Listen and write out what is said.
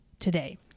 today